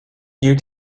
you